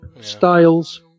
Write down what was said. Styles